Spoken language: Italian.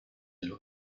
dello